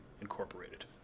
Incorporated